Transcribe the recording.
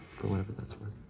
for whatever that's worth.